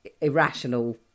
irrational